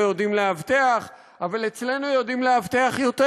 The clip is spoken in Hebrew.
יודעים לאבטח ואצלנו יודעים לאבטח יותר.